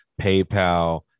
PayPal